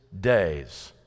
days